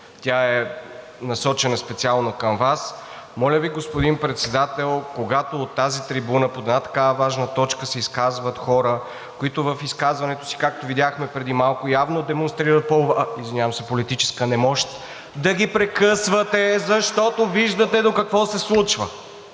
Тя е насочена специално към Вас. Моля Ви, господин Председател, когато от тази трибуна по една такава важна точка се изказват хора, които в изказването си, както видяхме преди малко, явно демонстрират политическа немощ, да ги прекъсвате, защото виждате какво се случва.